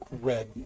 red